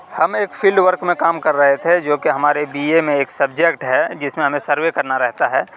ہم ایک field work میں کام کر رہے تھے جو کہ ہمارے بی اے میں ایک سبجیکٹ ہے جس میں ہمیں سروے کرنا رہتا ہے